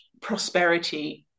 prosperity